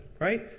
right